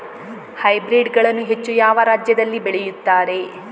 Hybrid ಗಳನ್ನು ಹೆಚ್ಚು ಯಾವ ರಾಜ್ಯದಲ್ಲಿ ಬೆಳೆಯುತ್ತಾರೆ?